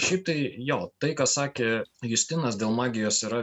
šiaip tai jo tai ką sakė justinas dėl magijos yra